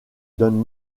donne